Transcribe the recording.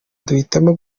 duhitamo